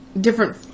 different